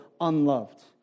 unloved